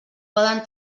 poden